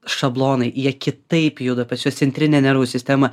šablonai jie kitaip juda pas juos centrinė nervų sistema